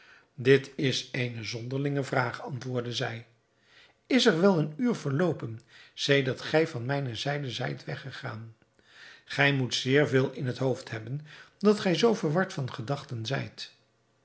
dit is eene zonderlinge vraag antwoordde zij is er wel een uur verloopen sedert gij van mijne zijde zijt weggegaan gij moet zeer veel in het hoofd hebben dat gij zoo verward van gedachten zijt